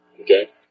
Okay